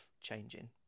changing